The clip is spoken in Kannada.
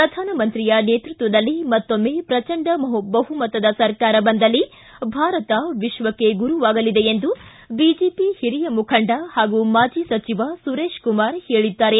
ಪ್ರಧಾನಮಂತ್ರಿಯ ನೇತೃತ್ವದಲ್ಲಿ ಮತ್ತೊಮ್ಮೆ ಪ್ರಚಂಡ ಬಹುಮತದ ಸರ್ಕಾರ ಬಂದಲ್ಲಿ ಭಾರತ ವಿಶ್ವಕ್ಷೆ ಗುರುವಾಗಲಿದೆ ಎಂದು ಬಿಜೆಒ ಹಿರಿಯ ಮುಖಂಡ ಹಾಗೂ ಮಾಜಿ ಸಚಿವ ಸುರೇತ್ ಕುಮಾರ್ ಹೇಳಿದ್ದಾರೆ